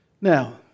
Now